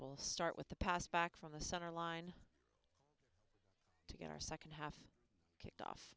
will start with the pass back from the center line to get our second half kicked off